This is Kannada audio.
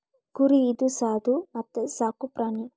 ಕುರಿ ಇದು ಸಾದು ಮತ್ತ ಸಾಕು ಪ್ರಾಣಿ